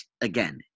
again